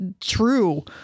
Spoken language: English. true